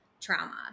trauma